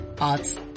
Arts